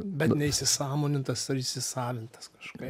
bet neįsisąmonintas ar įsisavintas kažkaip